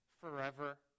forever